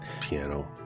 Piano